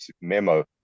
memo